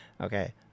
Okay